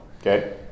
Okay